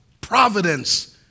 providence